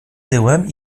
tyłem